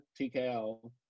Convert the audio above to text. TKO